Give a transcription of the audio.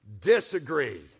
Disagree